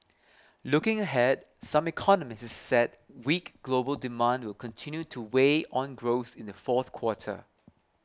looking ahead some economists said weak global demand will continue to weigh on growth in the fourth quarter